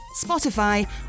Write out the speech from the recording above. Spotify